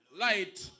Light